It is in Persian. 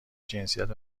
جنسیت